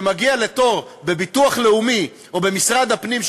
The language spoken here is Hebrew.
בעל מוגבלויות אחד שמגיע לתור בביטוח לאומי או במשרד הפנים,